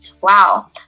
Wow